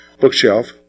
bookshelf